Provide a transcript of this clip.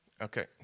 Okay